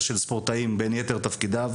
של חיילים ספורטאים בין יתר תפקידיו.